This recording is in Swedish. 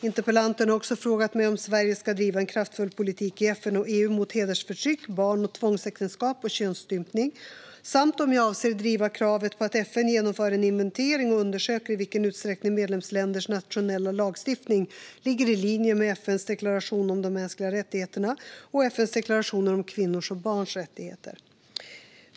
Interpellanten har också frågat mig om Sverige ska driva en kraftfull politik i FN och EU mot hedersförtryck, barn och tvångsäktenskap och könsstympning samt om jag avser att driva kravet på att FN genomför en inventering och undersöker i vilken utsträckning medlemsländers nationella lagstiftning ligger i linje med FN:s deklaration om de mänskliga rättigheterna och FN:s deklarationer om kvinnors och barns rättigheter.